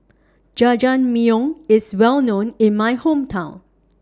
Jajangmyeon IS Well known in My Hometown